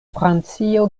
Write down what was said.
francio